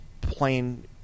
plain